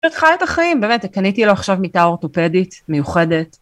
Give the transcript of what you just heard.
חיי את החיים באמת; קניתי לו עכשיו מיטה אורתופדית, מיוחדת.